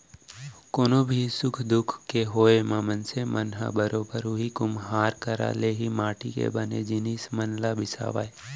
कोनो भी सुख दुख के होय म मनसे मन ह बरोबर उही कुम्हार करा ले ही माटी ले बने जिनिस मन ल बिसावय